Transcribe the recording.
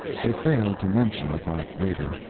they failed to mention the fact later.